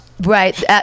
Right